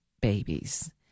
babies